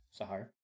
Sahar